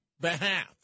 behalf